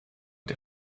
der